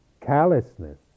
callousness